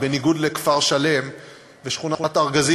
בניגוד לכפר-שלם ושכונת-הארגזים,